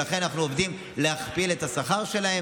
ולכן אנחנו עובדים להכפיל את השכר שלהם